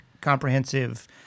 comprehensive